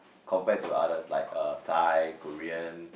compared to others like uh Thai Korean